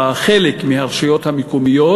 לחלק מהרשויות המקומיות,